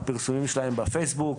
הפרסומים שלהם בפייסבוק.